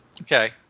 Okay